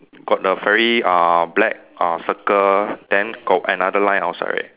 got the very uh black uh circle then got another line outside right